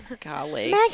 Golly